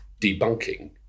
debunking